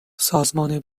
سازمان